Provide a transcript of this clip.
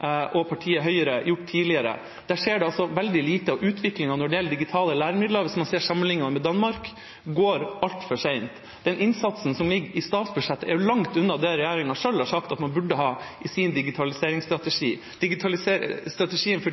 og partiet Høyre gjort tidligere. Der skjer det veldig lite. Utviklingen når det gjelder digitale læremidler, hvis man sammenligner med Danmark, går altfor sent. Den innsatsen som ligger i statsbudsjettet, er langt unna det regjeringa i sin digitaliseringsstrategi selv har sagt at man burde ha. Regjeringas strategi for